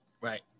Right